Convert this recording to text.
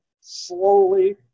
slowly